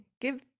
give